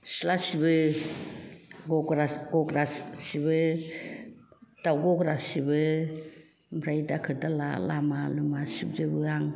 सिथ्ला सिबो गग्रा सिबो दाव गग्रा सिबो ओमफ्राय दाखोर दाला लामा लुमा सिबजोबो आं